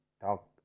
talk